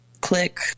click